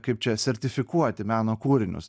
kaip čia sertifikuoti meno kūrinius